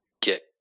get